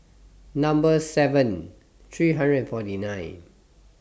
Number seven three hundred and forty nine